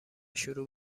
شروع